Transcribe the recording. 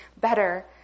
better